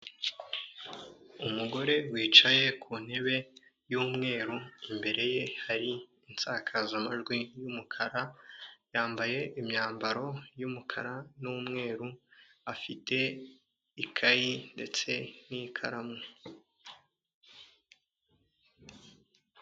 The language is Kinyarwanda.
Umugore wicaye ku ntebe y'umweru imbere ye harisakazamajwi y'umukara, yambaye imyambaro y'umukara n'umweru, afite ikayi ndetse n'ikaramu.